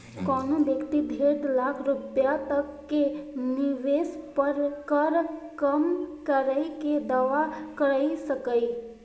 कोनो व्यक्ति डेढ़ लाख रुपैया तक के निवेश पर कर कम करै के दावा कैर सकैए